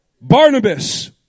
Barnabas